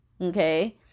okay